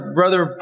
brother